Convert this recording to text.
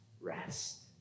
rest